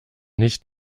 nicht